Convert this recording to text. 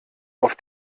auf